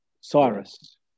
Cyrus